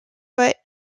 but